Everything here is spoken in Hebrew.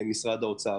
אישי.